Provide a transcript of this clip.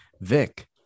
Vic